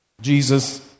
Jesus